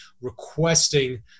requesting